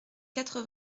quatre